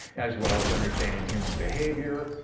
as well as understanding human behavior,